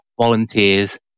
volunteers